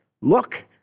Look